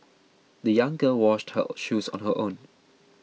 the young girl washed her shoes on her own